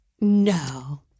No